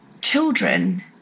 children